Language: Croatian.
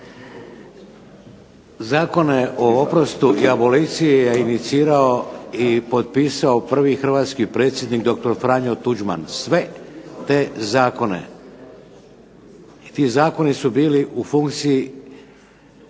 Zakone o oprostu i aboliciji je inicirao i potpisao prvi hrvatski predsjednik dr. Franjo Tuđman, sve te zakone. I ti zakoni su bili u funkciji